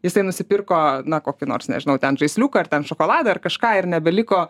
jisai nusipirko na kokį nors nežinau ten žaisliuką ar ten šokolado ar kažką ir nebeliko